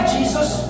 Jesus